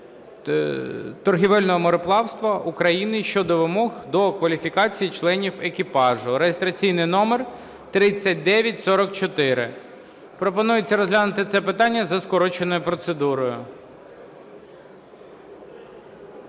торговельного мореплавства України щодо вимог до кваліфікації членів екіпажу (реєстраційний номер 3944). Пропонується розглянути це питання за скороченою процедурою.